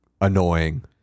annoying